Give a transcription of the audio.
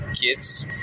kids